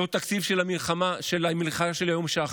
זהו תקציב של "היום שאחרי",